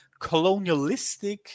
colonialistic